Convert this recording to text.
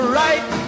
right